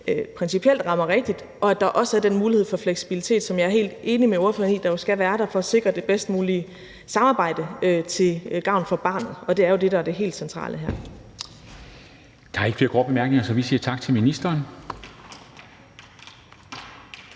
principielt rammer rigtigt, og at der også er den mulighed for fleksibilitet, som jeg er helt enig med ordførerne i jo skal være der for at sikre det bedst mulige samarbejde til gavn for barnet. Det er jo det, der er det helt centrale her. Kl. 10:33 Formanden (Henrik Dam Kristensen): Der er ikke flere korte bemærkninger, så vi siger tak til ministeren.